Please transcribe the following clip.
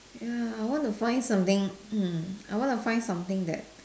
ya I want to find something hmm I want to find something that